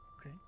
Okay